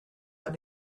out